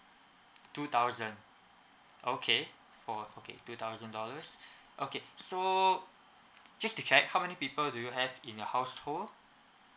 two thousand okay for okay two thousand dollars okay so just to check how many people do you have in your household